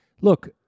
Look